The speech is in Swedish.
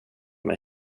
mig